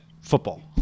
football